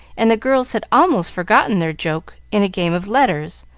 and the girls had almost forgotten their joke in a game of letters,